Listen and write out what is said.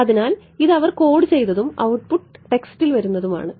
അതിനാൽ ഇത് അവർ കോഡ് ചെയ്തതും ഔട്ട്പുട്ട് ടെക്സ്റ്റിൽ വരുന്നതുമാണ്